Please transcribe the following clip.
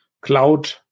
cloud